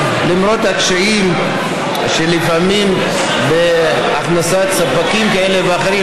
למרות הקשיים שיש לפעמים בהכנסת ספקים כאלה ואחרים.